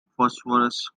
phosphorus